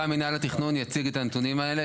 התכנון יציג את הנתונים האלה.